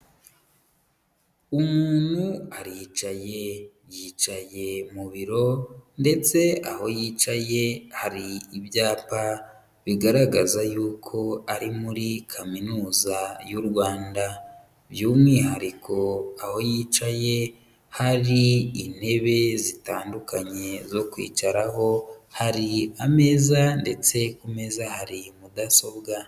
Umuntu aricaye, yicaye mu biro ndetse aho yicaye hari ibyapa bigaragaza yuko ari muri kaminuza y'u Rwanda. By'umwihariko aho yicaye hari intebe zitandukanye zo kwicaraho hari ameza ndetse ku meza hari mudasobwa.